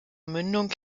mündung